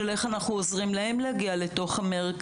איך אנחנו עוזרים להם להגיע למרכזים.